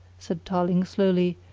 said tarling slowly,